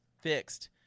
fixed